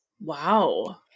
Wow